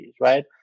right